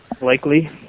likely